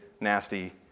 nasty